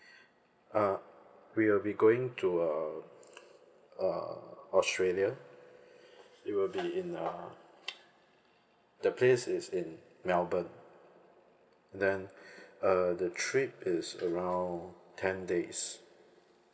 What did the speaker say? uh we will be going to a err australia it will be in uh the place is in melbourne then uh the trip is around ten days